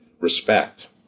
respect